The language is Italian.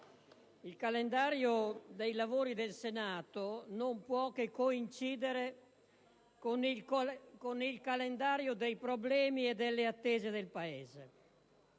il calendario dei lavori del Senato non può che coincidere con il calendario dei problemi e delle attese del Paese.